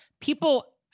people